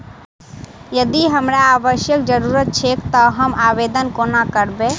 यदि हमरा आवासक जरुरत छैक तऽ हम आवेदन कोना करबै?